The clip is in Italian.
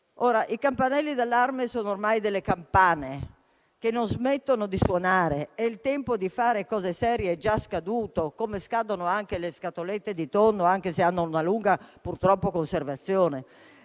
i campanelli d'allarme sono ormai campane che non smettono di suonare e il tempo di fare cose serie è già scaduto, come scadono anche le scatolette di tonno, nonostante purtroppo abbiano una lunga conservazione.